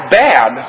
bad